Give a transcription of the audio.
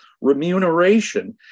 remuneration